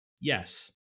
yes